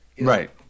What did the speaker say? Right